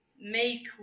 make